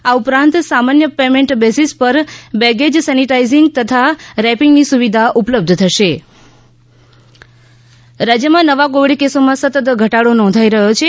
આ ઉપરાંત સામાન્ય પેમેન્ટ બેસિસ પર બેગેજ સેનિટાઇજિંગ તથા રેપિંગની સુવિધા ઉપલબ્ધ થશે કોરોના રાજયમાં નવા કોવિડ કેસોમાં સતત ઘટાડો નોંધાઇ રહ્યો છે